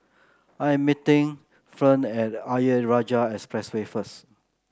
I am meeting Ferne at Ayer Rajah Expressway first